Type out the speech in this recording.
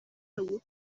bwo